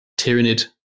tyrannid